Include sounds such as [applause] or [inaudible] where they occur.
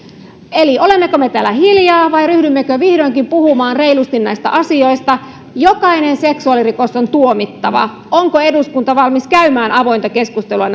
eli olemmeko me täällä hiljaa vai ryhdymmekö vihdoinkin puhumaan reilusti näistä asioista jokainen seksuaalirikos on tuomittava onko eduskunta valmis käymään avointa keskustelua [unintelligible]